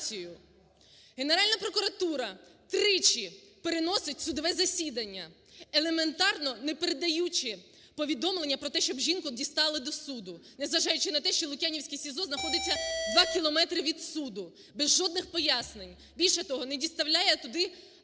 Генеральна прокуратура тричі переносить судове засідання, елементарно не передаючи повідомлення про те, щоб жінку дістали до суду, не зважаючи на те, що Лук'янівське СІЗО знаходиться два кілометри від суду, без жодних пояснень, більше того, не доставляє туди...